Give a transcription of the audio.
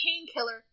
painkiller